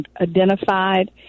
identified